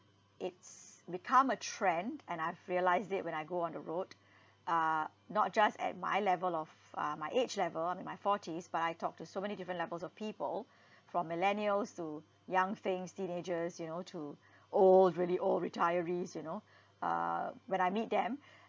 it's become a trend and I've realised it when I go on the road uh not just at my level of uh my age level I'm in my forties but I talked to so many different levels of people from millennials to young teens teenagers you know to old really old retirees you know uh when I meet them